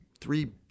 three